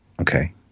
Okay